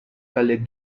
collect